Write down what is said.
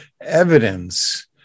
evidence